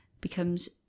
becomes